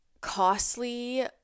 costly